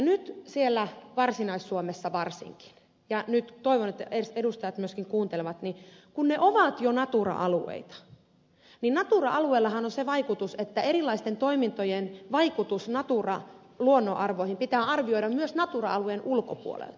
nyt siellä varsinais suomessa varsinkin ja nyt toivon että edustajat myöskin kuuntelevat kun ne ovat jo natura alueita niin natura alueellahan on se vaikutus että erilaisten toimintojen vaikutus natura luonnonarvoihin pitää arvioida myös natura alueen ulkopuolelta